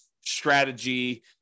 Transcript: strategy